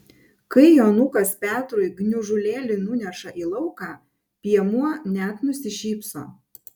kai jonukas petrui gniužulėlį nuneša į lauką piemuo net nusišypso